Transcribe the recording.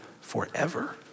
forever